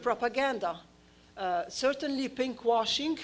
propaganda certainly pink washing